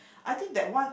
I think that one